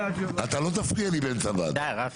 די, רפי.